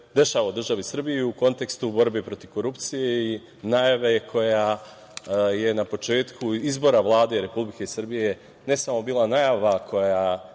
u kontekstu borbe protiv korupcije i najave koja je na početku izbora Vlade i Republike Srbije, ne samo bila najava koja